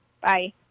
Bye